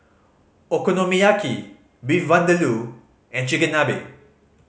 Okonomiyaki Beef Vindaloo and Chigenabe